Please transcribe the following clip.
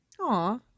Aw